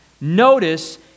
notice